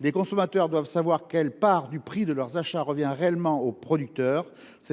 Les consommateurs doivent savoir quelle part du prix de leurs achats revient réellement au producteur.